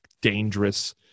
dangerous